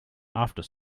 after